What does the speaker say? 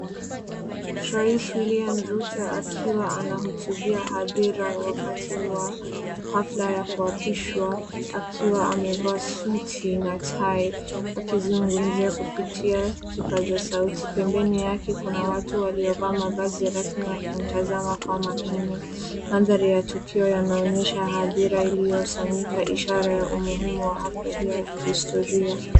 Rais William Ruto akiwa anahutubia hadhira wakati wa hafla ya kuapishwa akiwa amevaa suti na tai, akizungumzia kupitia kipaza sauti. Pembeni yake kuna watu waliovaa mavazi rasmi wakimtazama kwa makini. Mandhari ya tukio yanaonyesha hadhira iliyosanyika ,ishara ya umuhimu wa hafla hiyo ya kihistoria.